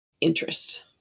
interest